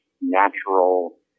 natural